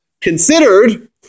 considered